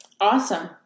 Awesome